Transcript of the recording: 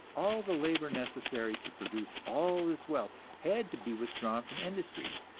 all the labor necessary to produce all this wealth had to be withdrawn from industry,